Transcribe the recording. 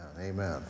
Amen